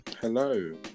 Hello